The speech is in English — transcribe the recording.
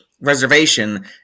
reservation